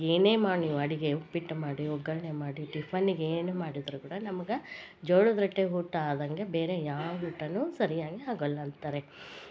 ಏನೇ ಮಾಡಿ ನೀವು ಅಡಿಗೆ ಉಪ್ಪಿಟ್ಟು ಮಾಡಿ ಒಗ್ಗರಣೆ ಮಾಡಿ ಟಿಫನ್ಗೆ ಏನೇ ಮಾಡಿದರೂ ಕೂಡ ನಮ್ಗ ಜೋಳದ ರೊಟ್ಟಿ ಊಟ ಆದಂಗೆ ಬೇರೆ ಯಾವ ಊಟಾನೂ ಸರಿಯಾಗಿ ಆಗೊಲ್ಲಂತಾರೆ